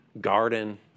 garden